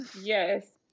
Yes